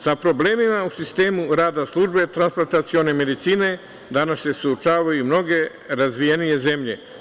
Sa problemima u sistemu rada službe transplantacione medicine, danas se suočavaju i mnoge razvijenije zemlje.